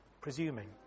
presuming